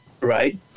right